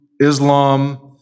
Islam